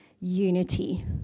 unity